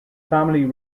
family